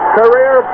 career